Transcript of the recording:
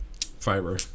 Fiber